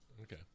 Okay